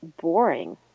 boring